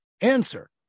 answer